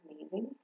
amazing